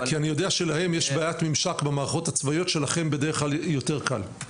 כי אני יודע שלהם יש בעיית ממשק במערכות הצבאיות שלכם בדרך כלל יותר קל.